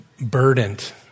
burdened